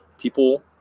People